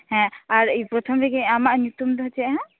ᱦᱮᱸ ᱟᱨ ᱯᱚᱛᱷᱚᱢ ᱨᱮᱜᱤ ᱟᱢᱟᱜ ᱧᱩᱛᱩᱢ ᱫᱚ ᱪᱮᱫᱦᱟᱸᱜ